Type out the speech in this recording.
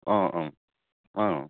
অ অ অ